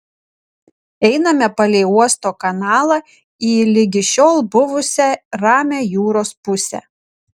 einame palei uosto kanalą į ligi šiol buvusią ramią jūros pusę